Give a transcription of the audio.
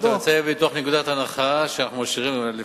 אתה יוצא מתוך נקודת הנחה שאנחנו משאירים באמת.